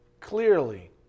Clearly